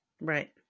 Right